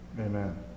Amen